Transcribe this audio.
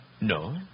No